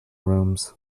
rooms